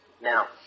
Now